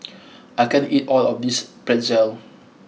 I can't eat all of this Pretzel